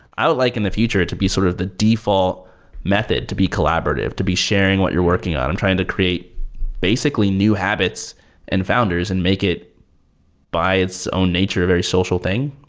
i would like in the future to be sort of the default method to be collaborative, to be sharing what you're working on. i'm trying to create basically new habits and founders and make it by its own nature a very social thing,